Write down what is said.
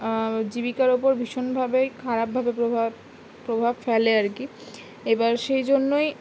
জীবিকার ওপর ভীষণভাবে খারাপভাবে প্রভাব প্রভাব ফেলে আর কি এবার সেই জন্যই